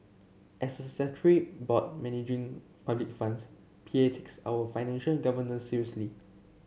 as a statutory board managing public funds P A takes our financial governance seriously